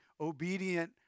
obedient